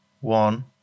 one